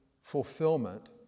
fulfillment